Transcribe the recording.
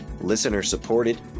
listener-supported